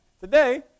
Today